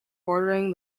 bordering